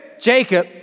Jacob